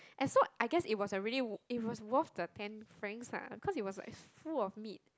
and so I guess it was a really it was worth the ten Franks lah cause it was like full of meat